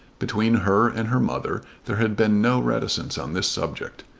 between her and her mother there had been no reticence on this subject.